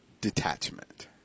detachment